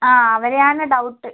ആ അവരെയാണ് ഡൗട്ട്